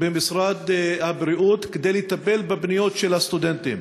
במשרד הבריאות כדי לטפל בפניות של הסטודנטים.